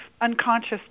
unconscious